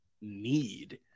need